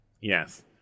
Yes